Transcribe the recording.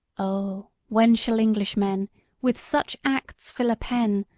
o when shall englishmen with such acts fill a pen,